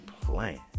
playing